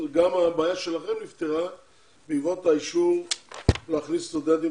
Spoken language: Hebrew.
גם הבעיה שלכם נפתרה בעקבות האישור להכניס סטודנטים